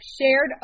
shared